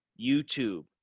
YouTube